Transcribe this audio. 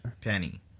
Penny